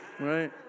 Right